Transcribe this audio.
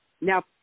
Now